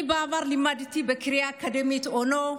אני בעבר לימדתי בקריה האקדמית אונו,